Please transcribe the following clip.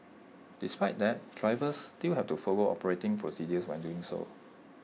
despite that drivers still have to follow operating procedures when doing so